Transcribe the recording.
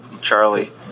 Charlie